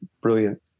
brilliant